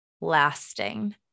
lasting